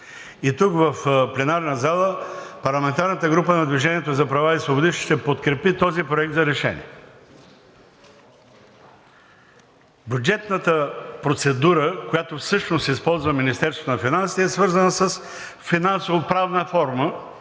и тук в пленарната зала парламентарната група на „Движение за права и свободи“ ще подкрепи този проект за решение. Бюджетната процедура, която всъщност използва Министерството на финансите, е свързана с финансово-правна форма,